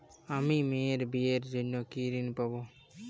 আমি মেয়ের বিয়ের জন্য কি ঋণ পাবো?